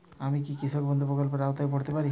আমি কি কৃষক বন্ধু প্রকল্পের আওতায় পড়তে পারি?